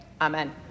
Amen